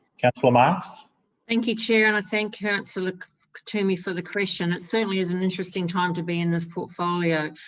councillor marx thank you, chair, and i thank councillor toomey for the question. it certainly is an interesting time to be in this portfolio.